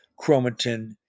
chromatin